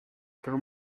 per